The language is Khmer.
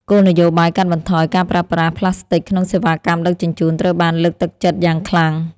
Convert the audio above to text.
គោលនយោបាយកាត់បន្ថយការប្រើប្រាស់ផ្លាស្ទិកក្នុងសេវាកម្មដឹកជញ្ជូនត្រូវបានលើកទឹកចិត្តយ៉ាងខ្លាំង។